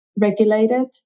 regulated